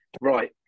right